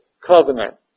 covenant